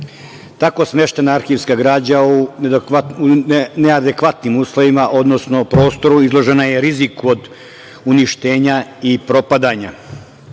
Tako smeštena arhivska građa u neadekvatnim uslovima, odnosno prostoru izložena je riziku od uništenja i propadanja.